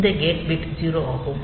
இந்த gate bit 0 ஆகும்